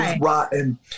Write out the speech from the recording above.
rotten